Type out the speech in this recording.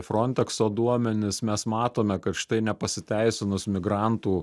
frontekso duomenis mes matome kad štai nepasiteisinus migrantų